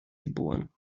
geboren